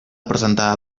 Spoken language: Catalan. presentar